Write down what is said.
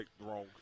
wrong